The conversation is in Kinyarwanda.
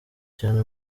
cyane